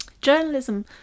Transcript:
Journalism